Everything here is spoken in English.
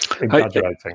exaggerating